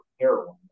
heroin